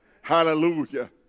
Hallelujah